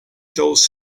those